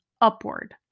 upward